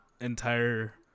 entire